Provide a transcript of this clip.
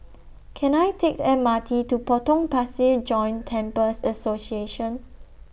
Can I Take The M R T to Potong Pasir Joint Temples Association